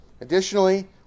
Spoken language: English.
Additionally